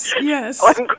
yes